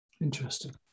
Interesting